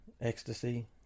ecstasy